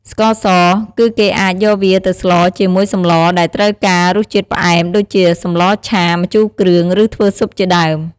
ស្ករស គឺគេអាចយកវាទៅស្លរជាមួយសម្លដែលត្រូវការរសជាតិផ្អែម ដូចជា សម្លរឆា ម្ជូរគ្រឿង ឬធ្វើស៊ុបជាដើម។